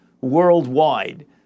worldwide